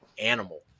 Animal